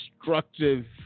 destructive